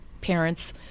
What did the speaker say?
parents